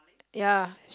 ya